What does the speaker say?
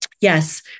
Yes